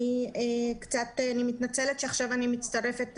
אני מתנצלת שעכשיו אני מצטרפת,